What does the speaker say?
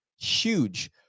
huge